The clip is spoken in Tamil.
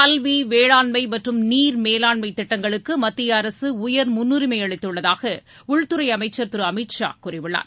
கல்வி வேளாண்மை மற்றும் நீர் மேலாண்மை திட்டங்களுக்கு மத்திய அரசு உயர் முன்னுரிமை அளித்துள்ளதாக உள்துறை அமைச்சர் திரு அமித் ஷா கூறியுள்ளார்